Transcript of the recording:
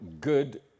good